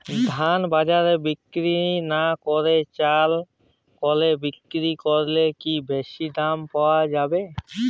ধান বাজারে বিক্রি না করে চাল কলে বিক্রি করলে কি বেশী দাম পাওয়া যাবে?